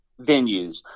venues